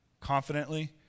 confidently